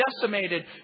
decimated